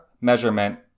measurement